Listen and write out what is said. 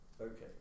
Okay